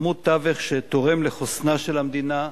עמוד תווך שתורם לחוסנה של המדינה,